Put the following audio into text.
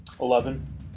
eleven